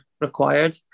required